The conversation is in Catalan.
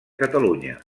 catalunya